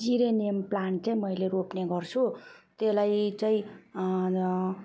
geranium plant चाहिँ मैले रोप्ने गर्छु त्यही लागि चाहिँ